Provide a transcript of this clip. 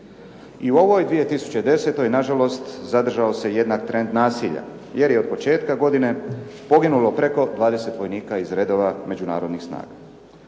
I u ovoj 2010. na žalost zadržao se jednak trend nasilja, jer je od početka godine poginulo preko 20 vojnika iz redova međunarodnih snaga.